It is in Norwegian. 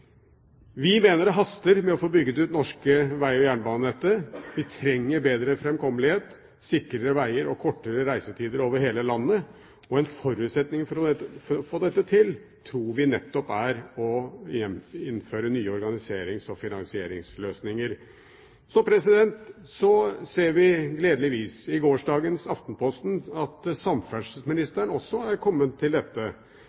Vi mener det haster med å få bygd ut det norske veg- og jernbanenettet. Vi trenger bedre framkommelighet, sikrere veger og kortere reisetid over hele landet. Forutsetningen for å få dette til tror vi nettopp er å innføre nye organiserings- og finansieringsløsninger. Så ser vi gledeligvis i gårsdagens Aftenposten at